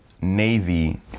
Navy